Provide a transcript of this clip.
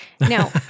Now